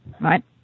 Right